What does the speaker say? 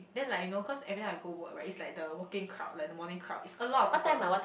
then like you know cause every time I go work right it's like the working crowd like the morning crowd is a lot of people one